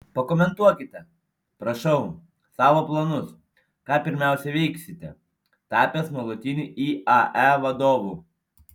pakomentuokite prašau savo planus ką pirmiausia veiksite tapęs nuolatiniu iae vadovu